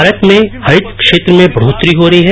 भारत में हरित क्षेत्र में बढ़ोतरी हो रही है